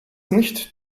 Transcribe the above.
nicht